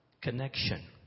connection